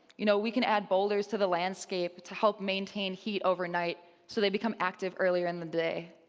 you know we can add boulders to the landscape to help maintain heat overnight so they become active earlier in the day.